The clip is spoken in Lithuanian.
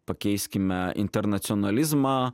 pakeiskime internacionalizmą